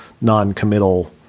Non-committal